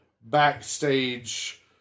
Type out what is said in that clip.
backstage